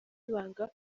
ibanga